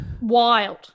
wild